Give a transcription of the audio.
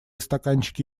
стаканчики